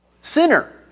Sinner